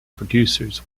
producers